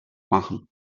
machen